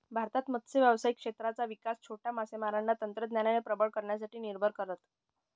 भारतात मत्स्य व्यावसायिक क्षेत्राचा विकास छोट्या मासेमारांना तंत्रज्ञानाने प्रबळ करण्यासाठी निर्भर करत